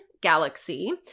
Galaxy